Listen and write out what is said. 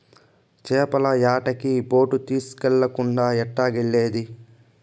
చేపల యాటకి బోటు తీస్కెళ్ళకుండా ఎట్టాగెల్లేది